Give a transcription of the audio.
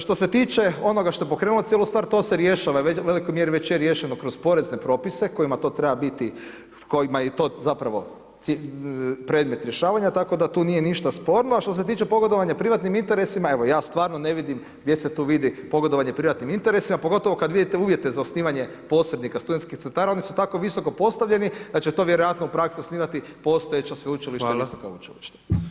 Što se tiče onoga što je pokrenulo cijelo stvar, to se rješava i u velikoj mjeri već je riješeno kroz porezne propise kojima to treba biti, kojima je to predmet rješavanja, tako da tu nije ništa sporno a što se tiče pogodovanju privatnim interesima, evo ja stvarno ne vidim gdje se tu vidi pogodovanje privatnim interesima pogotovo kad vidite uvjete za osnivanje posrednika studentskih centara, oni su tako visoko postavljeni da će to vjerojatno u praksi osnivati postojeća sveučilišta i visoka učilišta.